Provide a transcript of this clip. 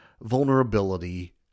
vulnerability